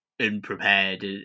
unprepared